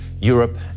Europe